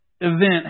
event